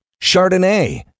Chardonnay